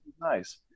nice